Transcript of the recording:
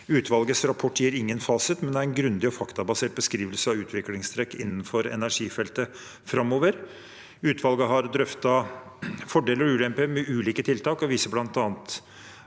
Utvalgets rapport gir ingen fasit, men det er en grundig og faktabasert beskrivelse av utviklingstrekk innenfor energifeltet framover. Utvalget har drøftet fordeler og ulemper ved ulike tiltak og viser bl.a. at